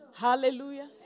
Hallelujah